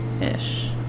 ish